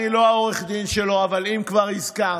אני לא עורך הדין שלו, אבל אם כבר הזכרת,